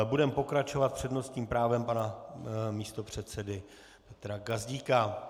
Budeme pokračovat s přednostním právem pana místopředsedy Petra Gazdíka.